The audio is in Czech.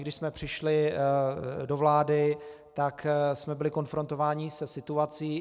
Když jsme přišli do vlády, tak jsme byli konfrontováni se situací.